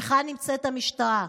היכן נמצאת המשטרה,